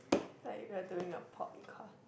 like we're doing a podcast